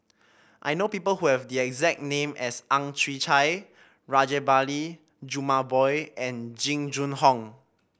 I know people who have the exact name as Ang Chwee Chai Rajabali Jumabhoy and Jing Jun Hong